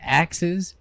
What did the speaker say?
axes